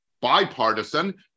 bipartisan